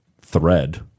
thread